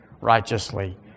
righteously